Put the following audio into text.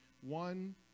One